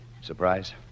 Surprise